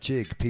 Jig